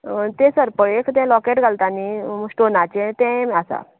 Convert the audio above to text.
तें सरपळेक तें लाॅकेट घालता न्ही स्टोनाचें तेंय आसा